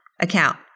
account